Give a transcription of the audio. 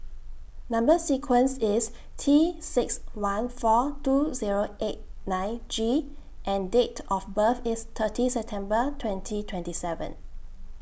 Number sequence IS T six one four two Zero eight nine G and Date of birth IS thirty September twenty twenty seven